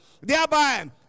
thereby